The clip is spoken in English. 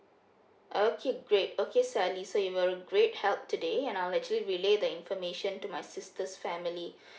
okay great okay sally so you were in great help today and I'll actually relay the information to my sister's family